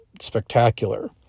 spectacular